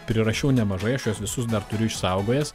prirašiau nemažai aš juos visus dar turiu išsaugojęs